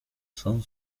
son